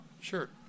sure